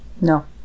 no